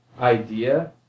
idea